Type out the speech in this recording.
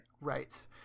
Right